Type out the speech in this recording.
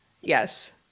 Yes